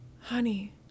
honey